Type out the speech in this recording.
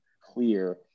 clear